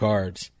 Cards